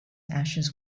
ashes